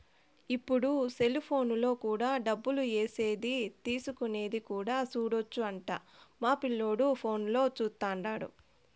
ఇప్పుడు సెలిపోనులో కూడా డబ్బులు ఏసేది తీసుకునేది కూడా సూడొచ్చు అంట మా పిల్లోడు ఫోనులో చూత్తన్నాడు